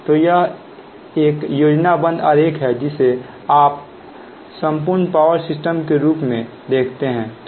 तो यह एक योजनाबद्ध आरेख है जिसे आप संपूर्ण पावर सिस्टम के रूप में देख सकते हैं